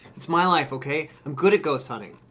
it's my life, okay? i'm good at ghost hunting.